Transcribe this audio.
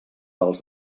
als